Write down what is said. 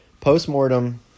post-mortem